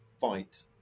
fight